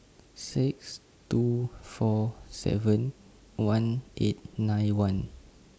six two four seven one eight nine one